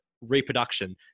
reproduction